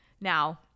now